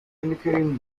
indicating